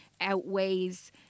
outweighs